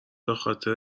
بخاطر